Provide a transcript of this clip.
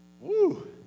Woo